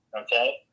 Okay